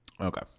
Okay